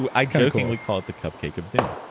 but i kind of jokingly call it the cupcake of doom